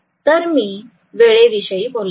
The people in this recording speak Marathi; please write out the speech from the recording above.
तर मी वेळेविषयी बोलत आहे